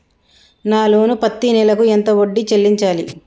నా లోను పత్తి నెల కు ఎంత వడ్డీ చెల్లించాలి?